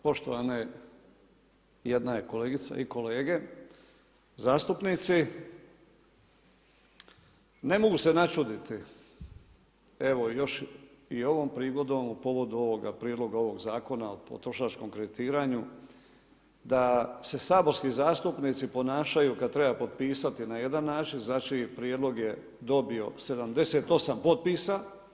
Poštovane kolegice i kolege zastupnici, ne mogu se načuditi evo još i ovom prigodom u povodu ovoga prijedloga ovog Zakona o potrošačkom kreditiranju da se saborski zastupnici ponašaju kad treba potpisati na jedan način, znači prijedlog je dobio 78 potpisa.